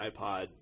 iPod